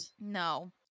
No